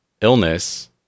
illness